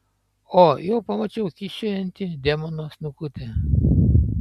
o jau pamačiau kyščiojantį demono snukutį